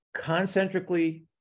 Concentrically